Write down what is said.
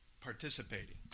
participating